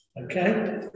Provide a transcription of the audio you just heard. okay